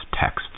texts